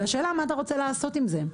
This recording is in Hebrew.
והשאלה היא מה אתה רוצה לעשות עם זה?